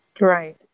Right